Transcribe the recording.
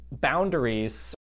boundaries